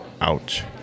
ouch